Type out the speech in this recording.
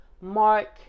mark